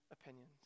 opinions